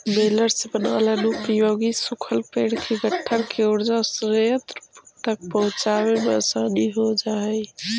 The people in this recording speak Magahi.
बेलर से बनाल अनुपयोगी सूखल पेड़ के गट्ठर के ऊर्जा संयन्त्र तक पहुँचावे में आसानी हो जा हई